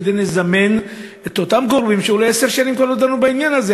כדי לזמן את אותם גורמים שאולי עשר שנים כבר לא דנו בעניין הזה.